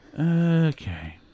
Okay